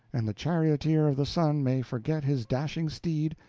and the charioteer of the sun may forget his dashing steed,